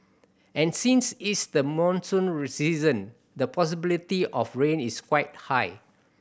and since it's the monsoon reseason the possibility of rain is quite high